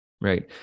right